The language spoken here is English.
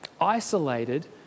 isolated